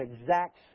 exact